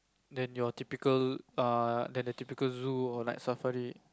then your typical err than the typical zoo or like safari